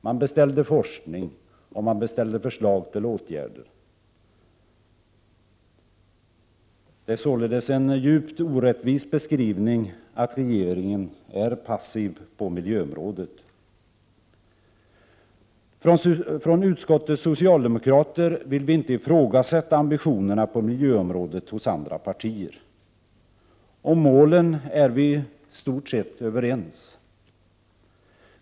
Man beställde forskning och man beställde förslag till åtgärder. Det är således en djupt orättvis beskrivning att påstå att regeringen är passiv på miljöområdet. Utskottets socialdemokrater vill inte ifrågasätta ambitionerna på miljöområdet hos andra partier. Vi är i stort sett överens om målen.